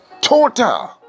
Total